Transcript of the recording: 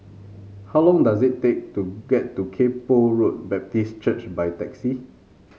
how long does it take to get to Kay Poh Road Baptist Church by taxi